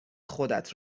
خودت